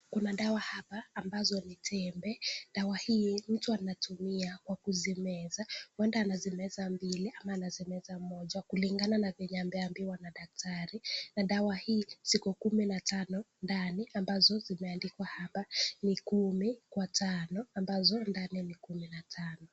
Kuna dawa hapa ambazo ni tembe. Dawa hii mtu anatumia kwa kuzimeza, uenda anazimeza mbili ama anazimeza moja kulingana na venye ameambiwa na daktari, na dawa hii ziko kumi na tano ndani ambazo zimeandikwa hapa ni kumi kwa tano ambazo ndani ni kumi na tano.